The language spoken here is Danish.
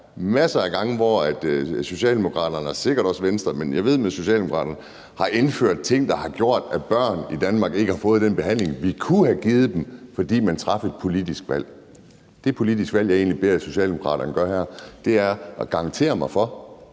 masser af gange, hvor Socialdemokraterne, og sikkert også Venstre, har indført ting, der har gjort, at børn i Danmark ikke har fået den behandling, vi kunne have givet dem, fordi man traf et politisk valg. Det politiske valg, jeg egentlig beder Socialdemokraterne om at træffe her, er at garantere over for